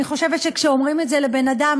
אני חושבת שכשאומרים את זה לבן-אדם,